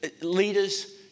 leaders